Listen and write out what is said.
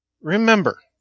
Remember